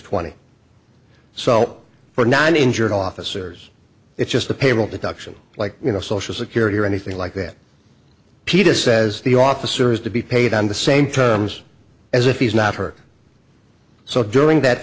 twenty so for nine injured officers it's just the payroll deduction like you know social security or anything like that peta says the officer has to be paid on the same terms as if he's not hurt so during that